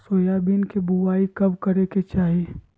Soybean के बुआई कब करे के चाहि?